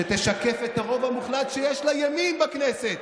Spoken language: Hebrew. שתשקף את הרוב המוחלט שיש לימין בכנסת,